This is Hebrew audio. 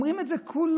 אומרים את זה כולם,